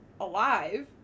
alive